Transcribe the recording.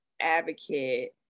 advocate